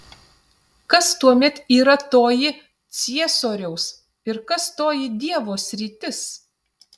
kas tuomet yra toji ciesoriaus ir kas toji dievo sritis